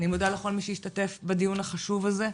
אני מודה לכל מי שהשתתף בדיון החשוב הזה,